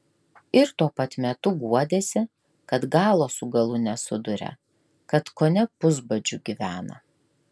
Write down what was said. ir tuo pat metu guodėsi kad galo su galu nesuduria kad kone pusbadžiu gyvena